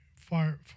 fire